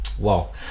Wow